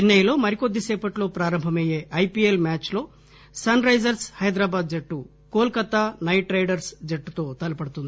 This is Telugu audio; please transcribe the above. చెన్నెలో మరికొద్దిసేపట్టో ప్రారంభమయ్యే ఐపిఎల్ మ్యాచ్ లో సన్ రైజర్స్ హైదరాబాద్ జట్టు కోల్ కతా నైట్ రైడర్స్ జట్టుతో తలపడుతుంది